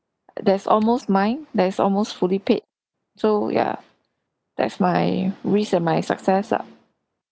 that's almost mine that is almost fully paid so ya that's my risk and my success ah